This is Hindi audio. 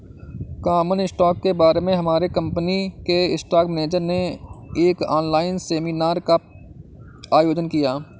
कॉमन स्टॉक के बारे में हमारे कंपनी के स्टॉक मेनेजर ने एक ऑनलाइन सेमीनार का आयोजन किया